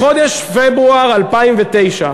בחודש פברואר 2009,